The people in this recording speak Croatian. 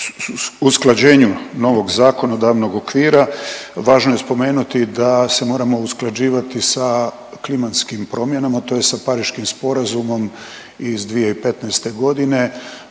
u usklađenju novog zakonodavnog okvira važno je spomenuti da se moramo usklađivati sa klimatskim promjenama tj. sa Pariškim sporazumom iz 2015.g.